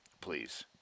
please